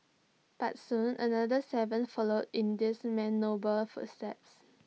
but soon another Seven followed in this man's noble footsteps